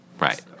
Right